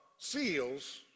seals